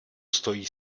stojí